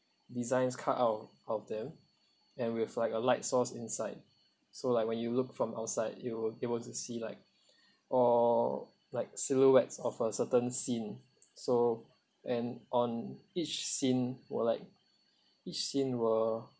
designs cut out of them and with like a light source inside so like when you look from outside it will it was a see like or like silhouettes of a certain scene so and on each scene were like each scene were